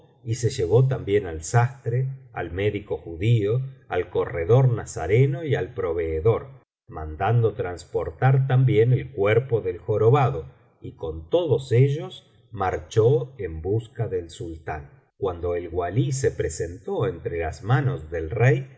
y se llevó también al sastre al módico judío al corredor nazareno y al proveedor mandando transportar también el cuerpo del jorobado y con todos ellos marchó en busca del sultán cuando el walí se presentó entre las manos del rey